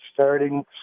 starting